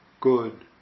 good